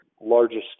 largest